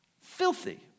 Filthy